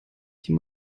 die